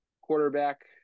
quarterback